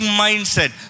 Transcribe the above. mindset